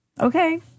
Okay